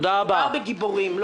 מדובר בגיבורים.